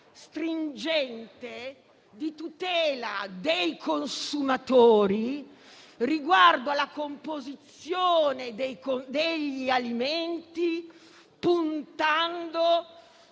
stringente di tutela dei consumatori riguardo alla composizione degli alimenti.